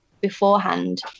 beforehand